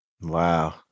wow